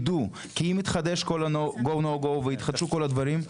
כי אם יתחדש כל התהליך של GO NO GO ויתחדשו כל הדברים,